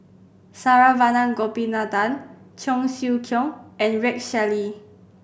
Saravanan Gopinathan Cheong Siew Keong and Rex Shelley